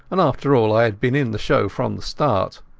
and after all i had been in the show from the start.